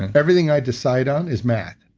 and everything i decide on is math,